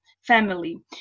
family